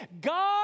God